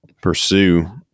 pursue